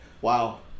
wow